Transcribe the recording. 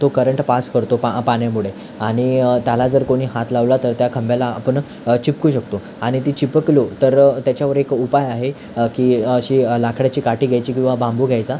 तो current pass करतो पा पाण्यामुळे आणि त्याला जर कुणी हात लावला तर त्या खांबाला आपण चिपकू शकतो आणि ती चिपकलो तर त्याच्यावर एक उपाय आहे की अशी लाकडाची काठी घ्यायची किंवा बांबू घ्यायचा